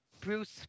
bruce